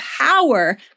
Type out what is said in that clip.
power